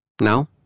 Now